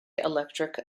electric